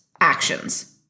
actions